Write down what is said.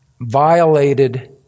violated